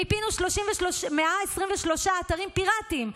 מיפינו 123 אתרים פיראטיים,